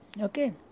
Okay